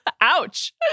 Ouch